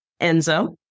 Enzo